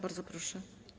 Bardzo proszę.